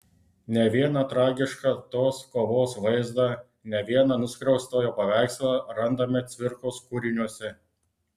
ne vieną tragišką tos kovos vaizdą ne vieną nuskriaustojo paveikslą randame cvirkos kūriniuose